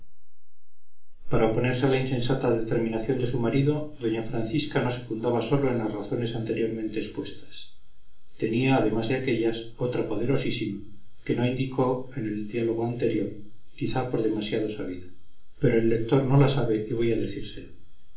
para oponerse a la insensata determinación de su marido doña francisca no se fundaba sólo en las razones anteriormente expuestas tenía además de aquéllas otra poderosísima que no indicó en el diálogo anterior quizá por demasiado sabida pero el lector no la sabe y voy a decírsela